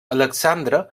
alexandre